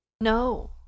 No